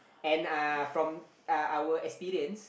and uh from uh our experience